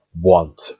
want